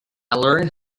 learned